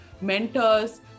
mentors